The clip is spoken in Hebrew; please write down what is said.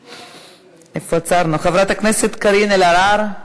חברת הכנסת קארין אלהרר,